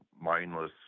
mindless